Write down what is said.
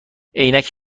عینک